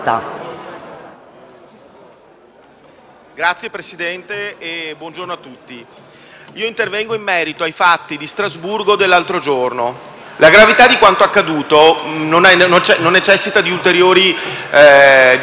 Signor Presidente, intervengo in merito ai fatti di Strasburgo dell'altro giorno. La gravità di quanto accaduto non necessita di ulteriori note.